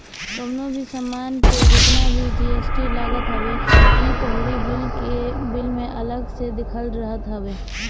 कवनो भी सामान पे जेतना जी.एस.टी लागत हवे इ तोहरी बिल में अलगा से लिखल रहत हवे